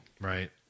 Right